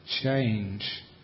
change